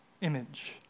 image